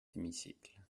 hémicycle